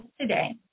today